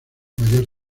mayor